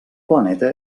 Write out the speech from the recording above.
planeta